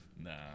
Nah